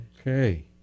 Okay